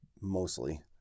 mostly